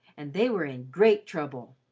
and they were in great trouble.